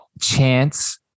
chance